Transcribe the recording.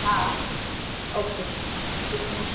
हा ओके ठीक आहे